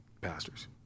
pastors